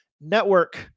Network